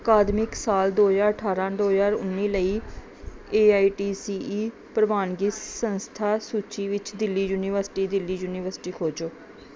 ਅਕਾਦਮਿਕ ਸਾਲ ਦੋ ਹਜ਼ਾਰ ਅਠਾਰ੍ਹਾਂ ਦੋ ਹਜ਼ਾਰ ਉੱਨੀ ਲਈ A I T C E ਪ੍ਰਵਾਨਗੀ ਸੰਸਥਾ ਸੂਚੀ ਵਿੱਚ ਦਿੱਲੀ ਯੂਨੀਵਰਸਿਟੀ ਦਿੱਲੀ ਯੂਨੀਵਰਸਿਟੀ ਖੋਜੋ